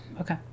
okay